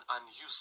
unused